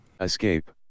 Escape